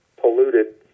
polluted